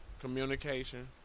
Communication